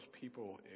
people